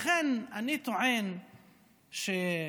לכן אני טוען שהמשבר,